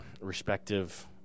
respective